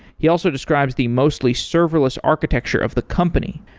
he also describes the mostly serverless architecture of the company.